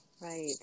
Right